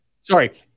Sorry